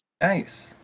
Nice